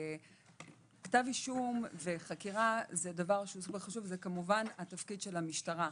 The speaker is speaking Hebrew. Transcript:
כתב אישום וחקירה הם דברים חשובים וזה כמובן התפקיד של המשטרה.